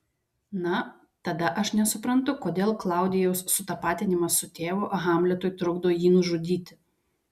na tada aš nesuprantu kodėl klaudijaus sutapatinimas su tėvu hamletui trukdo jį nužudyti